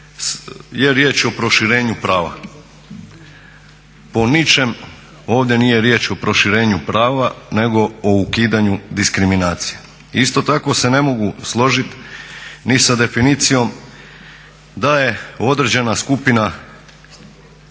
je riječ o proširenju prava. Po ničem ovdje nije riječ o proširenju prava nego o ukidanju diskriminacije i isto tako se ne mogu složit ni sa definicijom da je određena skupina